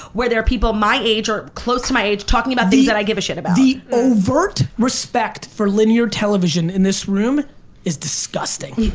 where there are people my age or close to my age talking about things that i give a shit about. the overt respect for linear television in this room is disgusting.